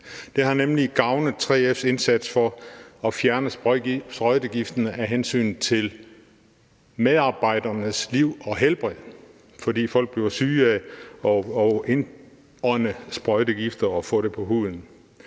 Det har nemlig gavnet 3F's indsats for at fjerne sprøjtegifte af hensyn til medarbejdernes liv og helbred, for folk bliver syge af at indånde sprøjtegifte og få det på huden.